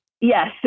Yes